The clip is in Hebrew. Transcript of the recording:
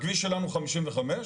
הכביש שלנו הוא 55,